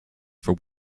for